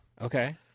Okay